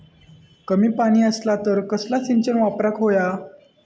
कमी पाणी असला तर कसला सिंचन वापराक होया?